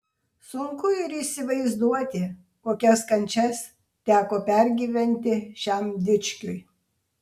sunku ir įsivaizduoti kokias kančias teko pergyventi šiam dičkiui